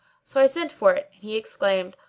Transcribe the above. so i sent for it and he exclaimed,